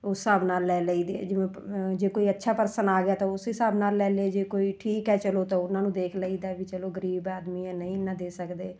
ਉਸ ਹਿਸਾਬ ਨਾਲ ਲੈ ਲਈਦੇ ਜਿਵੇਂ ਜੇ ਕੋਈ ਅੱਛਾ ਪਰਸਨ ਆ ਗਿਆ ਤਾਂ ਉਸ ਹਿਸਾਬ ਨਾਲ ਲੈ ਲਏ ਜੇ ਕੋਈ ਠੀਕ ਹੈ ਚਲੋ ਤਾਂ ਉਹਨਾਂ ਨੂੰ ਦੇਖ ਲਈਦਾ ਵੀ ਚਲੋ ਗਰੀਬ ਆਦਮੀ ਹੈ ਨਹੀਂ ਇੰਨਾਂ ਦੇ ਸਕਦੇ